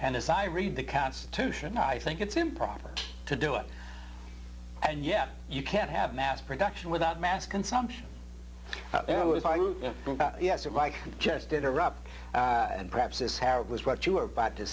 and as i read the constitution i think it's improper to do it and yeah you can't have mass production without mass consumption yes of like just interrupt and perhaps this hair was what you were about to